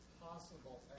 possible